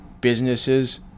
businesses